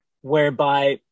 whereby